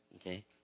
Okay